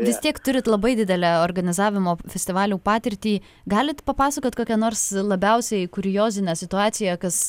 vis tiek turit labai didelę organizavimo festivalių patirtį galit papasakot kokią nors labiausiai kuriozinę situaciją kas